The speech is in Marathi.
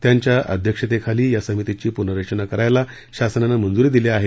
त्यांच्या अध्यक्षतेखाली या समितीची पुनर्रचना करायला शासनानं मंजूरी दिली आहे